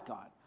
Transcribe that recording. God